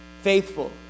faithful